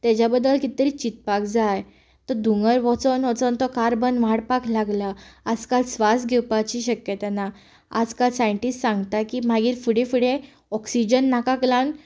तेच्या बद्दल कीत तरी चिंतपाक जाय तो धुंवर वचून वचून तो कार्बन मांडपाक लागला आजकाल स्वास घेवपाची शक्यता ना आजकाल सायन्टीस्ट सांगता की मागीर फुडें फुडें ऑक्सिजन नाकाक लावन